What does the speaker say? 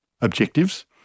objectives